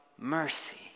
mercy